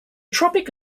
tropic